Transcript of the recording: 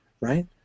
right